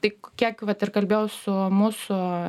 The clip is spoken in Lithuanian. tik kiek vat ir kalbėjau su mūsų